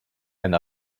and